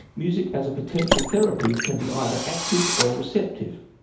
music as a potential therapy can be either active or receptive.